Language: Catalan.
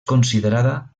considerada